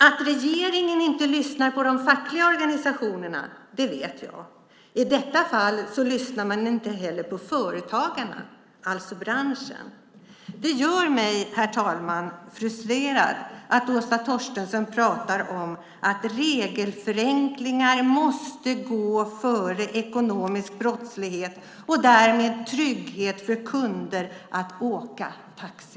Att regeringen inte lyssnar på de fackliga organisationerna vet jag, men i detta fall lyssnar man inte heller på företagarna, alltså branschen. Det gör mig, herr talman, frustrerad att Åsa Torstensson pratar om att regelförenklingar måste gå före ekonomisk brottslighet och därmed trygghet för kunder att åka taxi.